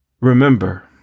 Remember